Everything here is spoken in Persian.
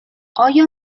آیا